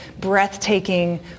breathtaking